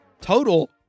total